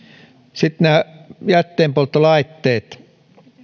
sitten nämä jätteenpolttolaitokset